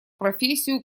профессию